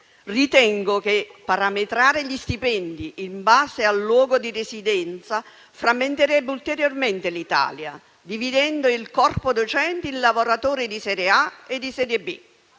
ritengo che parametrare gli stipendi in base al luogo di residenza frammenterebbe ulteriormente l'Italia, dividendo il corpo docenti in lavoratori di serie A e di serie B.